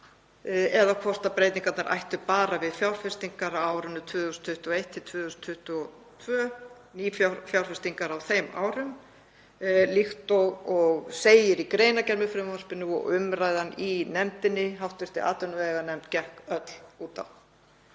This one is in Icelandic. eða hvort breytingarnar ættu bara við fjárfestingar á árinu 2021 og 2022, nýfjárfestingar á þeim árum, líkt og segir í greinargerð með frumvarpinu og umræðan í hv. atvinnuveganefnd gekk öll út á.